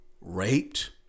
raped